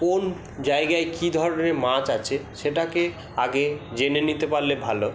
কোন জায়গায় কী ধরনের মাছ আছে সেটাকে আগে জেনে নিতে পারলে ভালো